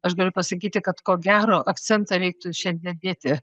aš galiu pasakyti kad ko gero akcentą reiktų šiandien dėti